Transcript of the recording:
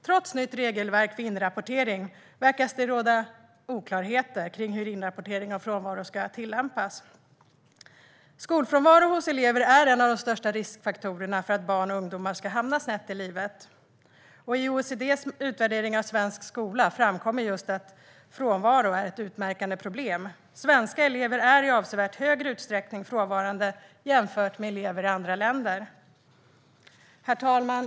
Trots nytt regelverk för inrapportering verkar det råda oklarheter kring hur inrapportering av frånvaro ska tillämpas. Skolfrånvaro hos elever är en av de största riskfaktorerna för att barn och ungdomar ska hamna snett i livet. I OECD:s utvärdering av svensk skola framkommer att just frånvaro är ett utmärkande problem. Svenska elever är frånvarande i avsevärt högre utsträckning än elever i andra länder. Herr talman!